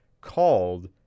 called